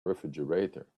refrigerator